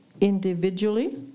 individually